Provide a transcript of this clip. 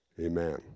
Amen